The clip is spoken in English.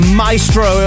maestro